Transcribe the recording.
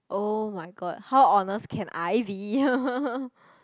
[oh]-my-god how honest can I be